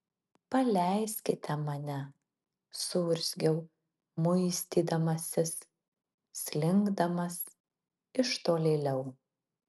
paleiskite mane suurzgiau muistydamasis slinkdamas iš tolėliau